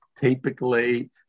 typically